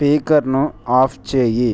స్పీకర్ను ఆఫ్ చేయి